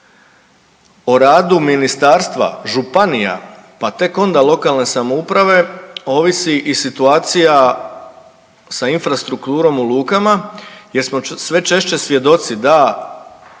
o radu ministarstva, županija pa tek onda lokalne samouprave ovisi i situacija sa infrastrukturom u lukama jer smo sve češće svjedoci da